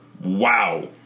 Wow